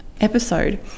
episode